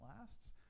lasts